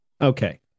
Okay